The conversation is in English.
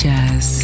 Jazz